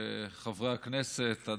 חברי הכנסת,